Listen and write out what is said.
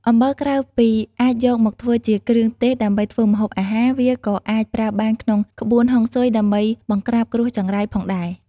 អំបិលក្រៅពីអាចយកមកធ្វើជាគ្រឿងទេសដើម្បីធ្វើម្ហូបអាហារ វាក៏អាចប្រើបានក្នុងក្បួនហុងស៊ុយដើម្បីបង្ក្រាបគ្រោះចង្រៃផងដែរ។